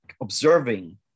observing